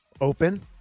open